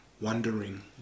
wondering